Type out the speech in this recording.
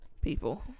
people